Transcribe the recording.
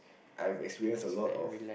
I've experienced a lot of